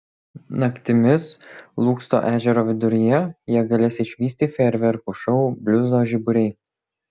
naktimis lūksto ežero viduryje jie galės išvysti fejerverkų šou bliuzo žiburiai